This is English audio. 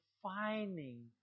defining